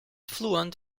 fluent